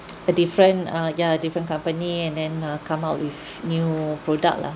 a different uh yeah different company and then uh come out with new product lah